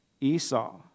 esau